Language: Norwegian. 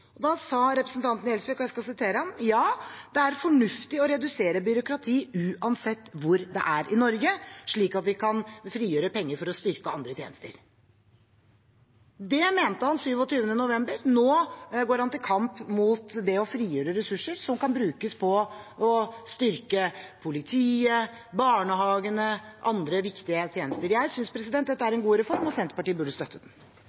Da sa representanten Gjelsvik at ja, det er fornuftig å redusere byråkrati uansett hvor det er i Norge, slik at vi kan frigjøre penger for å styrke andre tjenester. Det mente han 27. november. Nå går han til kamp mot det å frigjøre ressurser som kan brukes på å styrke politiet, barnehagene og andre viktige tjenester. Jeg synes dette er en god reform, og Senterpartiet burde støtte den.